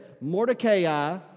Mordecai